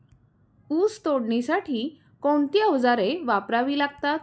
ऊस तोडणीसाठी कोणती अवजारे वापरावी लागतात?